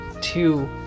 two